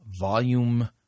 Volume